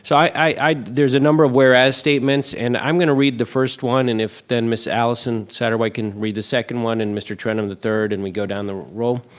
so there's a number of whereas statements, and i'm gonna read the first one, and if then, miss allison satterwhite can read the second one and mr. trenum the third, and we go down the row.